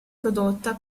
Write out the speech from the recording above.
prodotta